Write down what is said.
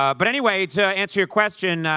but, anyway, to answer your question,